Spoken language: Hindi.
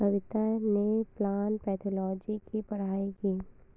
कविता ने प्लांट पैथोलॉजी की पढ़ाई की है